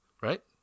right